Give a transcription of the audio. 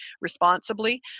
responsibly